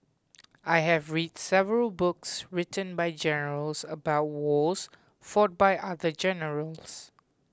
I have read several books written by generals about wars fought by other generals